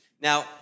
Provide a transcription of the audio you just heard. Now